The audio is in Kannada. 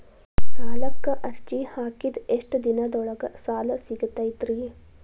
ಸಾಲಕ್ಕ ಅರ್ಜಿ ಹಾಕಿದ್ ಎಷ್ಟ ದಿನದೊಳಗ ಸಾಲ ಸಿಗತೈತ್ರಿ?